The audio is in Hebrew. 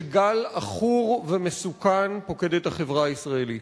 שגל עכור ומסוכן פוקד את החברה הישראלית,